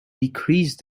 decreased